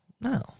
No